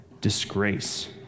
disgrace